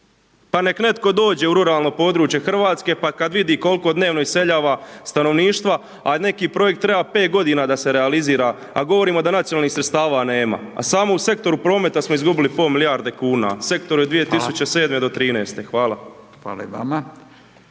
Pa neka netko dođe u ruralno područje Hrvatske pa kad vidi koliko dnevno iseljava stanovništva, a neki projekt treba 5 godina da se realizira, a govorimo da nacionalnih sredstava nema. A samo u sektoru prometa smo izgubili pola milijarde kuna. Sektor od 2007.-2013. Hvala. **Radin,